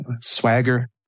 swagger